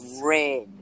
red